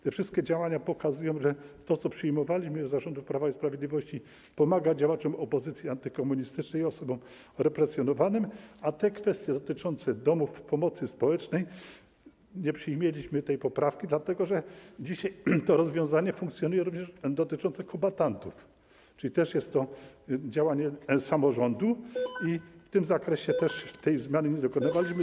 Te wszystkie działania pokazują, że to, co przyjmowaliśmy za rządów Prawa i Sprawiedliwości, pomaga działaczom opozycji antykomunistycznej, osobom represjonowanym, a jeśli chodzi o kwestie dotyczące domów pomocy społecznej, nie przyjęliśmy tej poprawki, dlatego że dzisiaj to rozwiązanie funkcjonuje, również dotyczące kombatantów, czyli też jest to działanie samorządu i w tym zakresie też tej zmiany nie dokonywaliśmy.